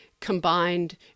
combined